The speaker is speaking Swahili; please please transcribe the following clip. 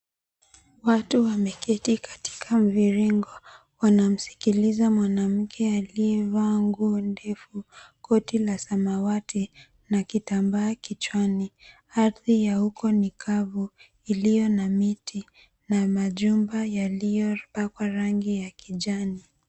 Watu wameketi katika mviringo. Wanamsikiliza mwanamke aliyevaa nguo ndefu koti la samawati na kitambaa kichwani. Ardhi ya huko ni kavu iliyo na miti na majumba yaliyopakwa rangi ya kijani.